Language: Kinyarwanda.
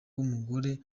w’umugore